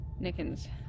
Nickens